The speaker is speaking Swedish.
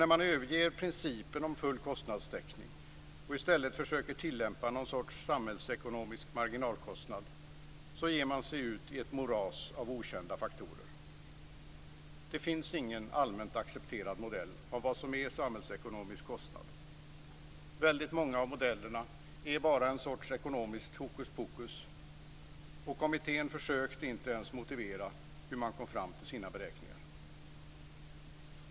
När man överger principen om full kostnadstäckning och i stället försöker tillämpa någon sorts samhällsekonomisk marginalkostnad, ger man sig ut i ett moras av okända faktorer. Det finns ingen allmänt accepterad modell för vad som är samhällsekonomisk kostnad. Väldigt många modeller är bara en sorts ekonomiskt hokus pokus. Kommittén försökte inte ens motivera hur man kom fram till sina beräkningar.